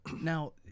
Now